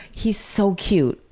he's so cute.